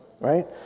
right